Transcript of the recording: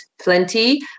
plenty